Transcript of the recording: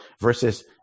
versus